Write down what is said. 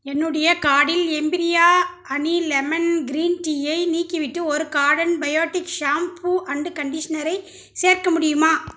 என்னுடைய கார்ட்டில் எம்பீரியா ஹனி லெமன் கிரீன் டீ யை நீக்கிவிட்டு ஒரு கார்டன் பயோடிக் ஷேம்பூ அண்ட் கண்டிஷ்னரை சேர்க்க முடியுமா